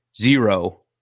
zero